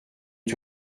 est